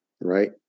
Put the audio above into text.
right